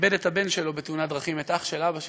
איבד בתאונת דרכים את הבן שלו,